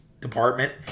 department